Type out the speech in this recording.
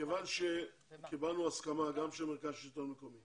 מכיוון שקיבלנו הסכמה, גם של מרכז השלטון המקומי